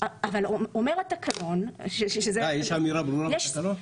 יש אמירה ברורה בתקנון?